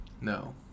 No